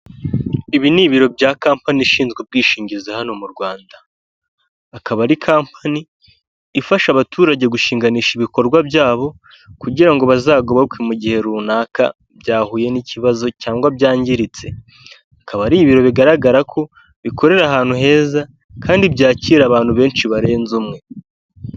Ibi ni ibiro bya companyi ishinzwe ubwishingizi hano mu rwanda akaba ari kompani ifasha abaturage gushinganisha ibikorwa byabo kugira ngo bazagobokwe mu gihe runaka byahuye n'ikibazo cyangwa byangiritse bikaba ari ibiro bigaragara ko bikorera ahantu heza kandi byakira abantu benshi barenze umwe.